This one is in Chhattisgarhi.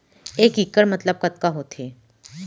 एक इक्कड़ मतलब कतका होथे?